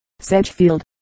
Sedgefield